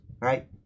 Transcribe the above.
Right